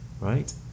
Right